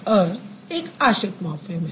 अर एक आश्रित मॉर्फ़िम है